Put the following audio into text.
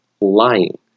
lying